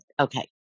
Okay